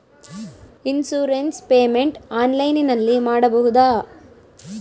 Insurance payment ಆನ್ಲೈನಿನಲ್ಲಿ ಮಾಡಬಹುದಾ?